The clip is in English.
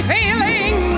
feeling